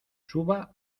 suba